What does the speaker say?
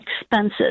expenses